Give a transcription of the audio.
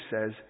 says